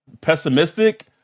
pessimistic